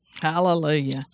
Hallelujah